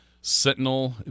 Sentinel